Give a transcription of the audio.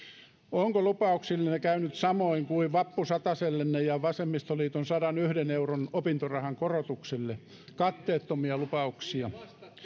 onko lupauksillenne käynyt samoin kuin vappusatasellenne ja vasemmistoliiton sadanyhden euron opintorahan korotukselle katteettomia lupauksia